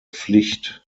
pflicht